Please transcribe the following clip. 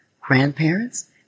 grandparents